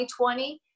2020